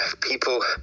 people